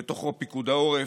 ובתוכו פיקוד העורף,